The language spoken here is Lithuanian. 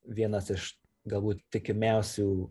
vienas iš galbūt įtikimiausių